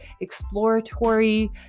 exploratory